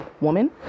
woman